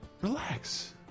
relax